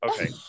Okay